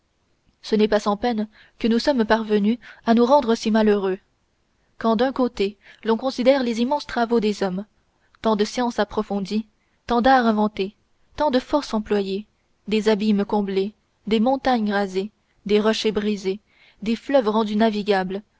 ce n'est pas sans peine que nous sommes parvenus à nous rendre si malheureux quand d'un côté l'on considère les immenses travaux des hommes tant de sciences approfondies tant d'arts inventés tant de forces employées des abîmes comblés des montagnes rasées des rochers brisés des fleuves rendus navigables